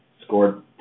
scored